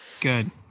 Good